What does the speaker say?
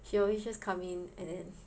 she always just come in and then